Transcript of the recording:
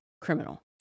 criminal